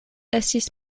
estis